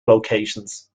locations